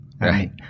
Right